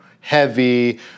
heavy